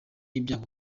ibyago